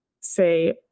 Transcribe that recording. say